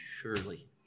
Surely